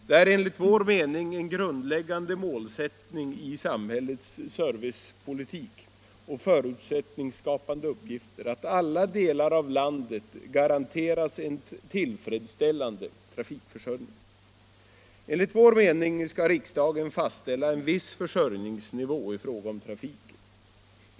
Det är enligt vår mening en grundläggande målsättning i samhällets servicepolitik och förutsättningsskapande uppgifter att alla delar av landet garanteras en tillfredsställande trafikförsörjning. Enligt vår mening skall riksdagen fastställa en viss försörjningsnivå i fråga om trafiken.